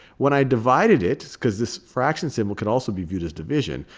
when i divided it because this fraction symbol could also be viewed as division.